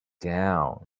down